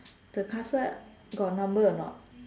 the castle got number or not